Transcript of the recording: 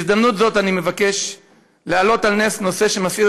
בהזדמנות הזאת אני מבקש להעלות על נס נושא שמסעיר